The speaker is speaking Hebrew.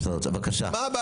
תודה.